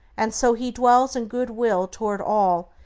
and so he dwells in goodwill toward all,